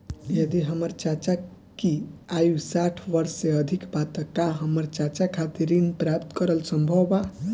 यदि हमर चाचा की आयु साठ वर्ष से अधिक बा त का हमर चाचा खातिर ऋण प्राप्त करल संभव बा